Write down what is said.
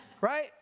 right